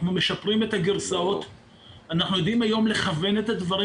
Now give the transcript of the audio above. אנחנו משפרים את הגרסאות והיום אנחנו יודעים לכוון את הדברים